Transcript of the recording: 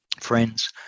Friends